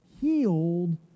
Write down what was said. healed